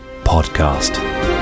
podcast